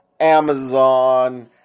Amazon